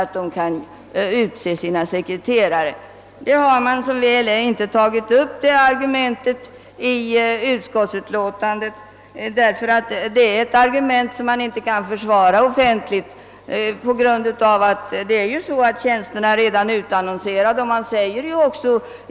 Som väl är har inte detta argument tagits upp i utskottsbetänkandet; det går inte att offentligt försvara ett sådant argument särskilt som tjänsterna redan är utannonserade.